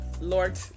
Lord